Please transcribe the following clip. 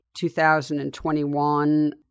2021